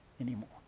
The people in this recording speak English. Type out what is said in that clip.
anymore